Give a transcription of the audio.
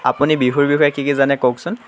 আপুনি বিহুৰ বিষয়ে কি কি জানে কওকচোন